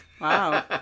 Wow